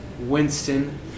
winston